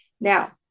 now